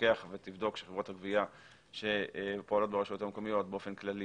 שתפקח ותבדוק שחברות הגבייה שפועלות ברשויות המקומיות באופן כללי